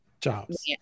Jobs